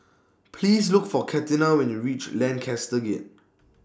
Please Look For Katina when YOU REACH Lancaster Gate